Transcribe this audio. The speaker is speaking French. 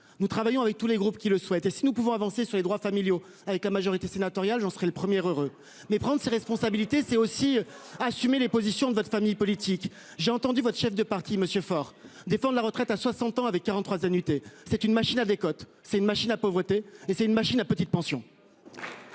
Nous travaillons avec tous les groupes qui le souhaitent et si nous pouvons avancer sur les droits familiaux avec la majorité sénatoriale, j'en serai le premier heureux mais prendre ses responsabilités c'est aussi assumer les positions de votre famille politique, j'ai entendu votre chef de parti monsieur Faure défendent la retraite à 60 ans avec 43 annuités. C'est une machine à des côtes, c'est une machine à pauvreté et c'est une machine à petites pensions.